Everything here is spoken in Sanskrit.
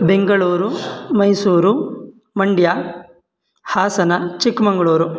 बेङ्गळूरु मैसूरु मण्ड्या हासन चिक्मङ्ग्ळूरु